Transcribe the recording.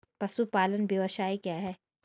पशुपालन व्यवसाय क्या है?